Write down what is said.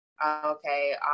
okay